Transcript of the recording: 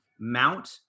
mount